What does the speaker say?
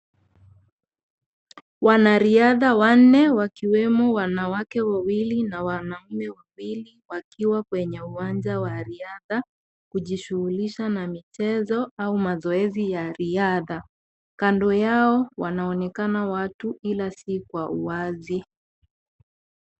Wanariadha wanne wakiwemo wanawake wawili na wanaume wawili wakiwa kwenye uwanja wa riadha, kujishughulisha na michezo au mazoezi ya riadha. Kando yao, wanaonekana watu ila si kwa uwazi.